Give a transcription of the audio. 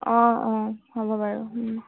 অঁ অঁ হ'ব বাৰু